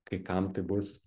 kai kam tai bus